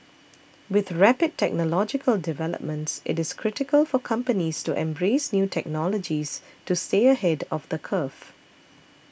with rapid technological developments it is critical for companies to embrace new technologies to stay ahead of the curve